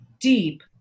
deep